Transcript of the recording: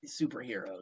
superheroes